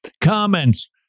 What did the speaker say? comments